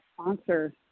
sponsor